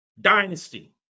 dynasty